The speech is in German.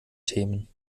themen